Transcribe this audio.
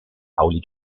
pauli